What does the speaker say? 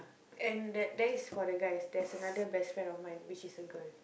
and that that is for the guys there is another best friend of mine which is a girl